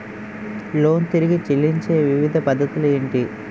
Loan తిరిగి చెల్లించే వివిధ పద్ధతులు ఏంటి?